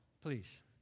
please